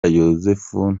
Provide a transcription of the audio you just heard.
yozefu